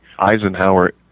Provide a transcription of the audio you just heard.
Eisenhower